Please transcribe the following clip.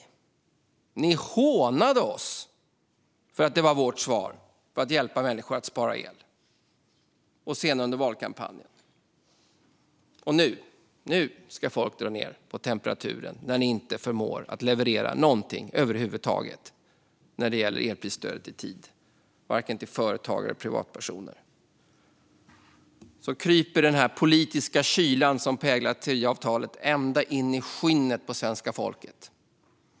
Ni hånade oss för att det var vårt sätt att hjälpa människor att spara el. Nu ska folk dra ned på temperaturen, när ni inte förmår leverera någonting över huvud taget i tid när det gäller elprisstödet, varken till företagare eller privatpersoner. Nu kryper den politiska kyla som präglar Tidöavtalet ända in i skinnet på svenska folket.